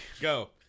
Go